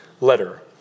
letter